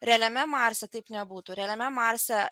realiame marse taip nebūtų realiame marse